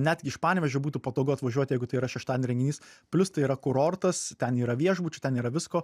netgi iš panevėžio būtų patogu atvažiuoti jeigu tai yra šeštadienio renginys plius tai yra kurortas ten yra viešbučių ten yra visko